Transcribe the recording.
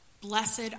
Blessed